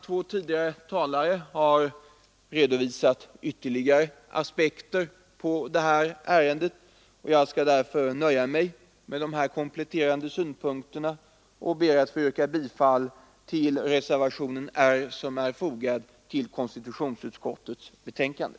Två tidigare talare har redovisat ytterligare aspekter på detta ärende. Jag skall därför nöja mig med de här kompletterande synpunkterna och ber att få yrka bifall till reservationen R, som är fogad till konstitutionsutskottets betänkande.